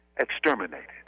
exterminated